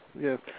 yes